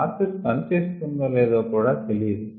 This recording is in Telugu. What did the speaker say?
ప్రాసెస్ పనిచేస్తుందో లేదో కూడా తెలియదు